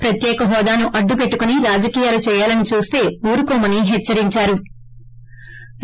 ప్రత్యేక హోదాను అడ్డుపెట్టుకుని రాజకీయాలు చేయాలని చూస్తే ఉరుకోమని హెచ్చరించారు